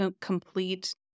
complete